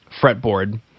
fretboard